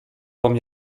wam